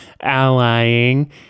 allying